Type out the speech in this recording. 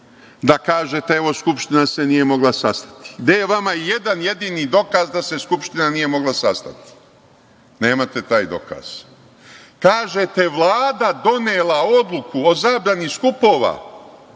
da kažete, evo, Skupština se nije mogla sastati. Gde je vama jedan jedini dokaz da se Skupština nije mogla sastati. Nemate taj dokaz. Kažete, Vlada donela odluku o zabrani skupova